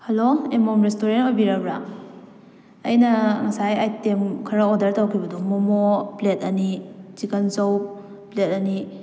hello Amom restaurant ꯑꯣꯏꯕꯤꯔꯕ꯭ꯔꯥ ꯑꯩꯅ ꯉꯁꯥꯏ ꯑꯥꯏꯇꯦꯝ ꯈꯔ ꯑꯣꯔꯗꯔ ꯇꯧꯈꯤꯕꯗꯨ ꯃꯣꯃꯣ ꯄ꯭ꯂꯦꯠ ꯑꯅꯤ ꯆꯤꯛꯀꯟ ꯆꯧ ꯄ꯭ꯂꯦꯠ ꯑꯅꯤ